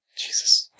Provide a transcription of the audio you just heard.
Jesus